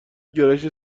گرایش